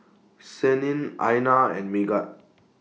Senin Aina and Megat